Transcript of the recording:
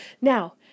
Now